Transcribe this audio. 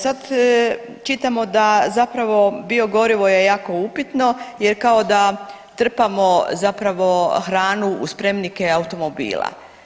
Sad čitamo da zapravo biogorivo je jako upitno jer kao da trpamo zapravo hranu u spremnike automobila.